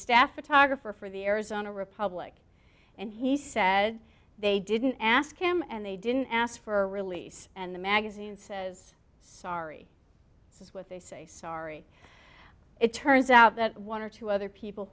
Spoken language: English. staff photographer for the arizona republic and he said they didn't ask him and they didn't ask for release and the magazine says sorry that's what they say sorry it turns out that one or two other people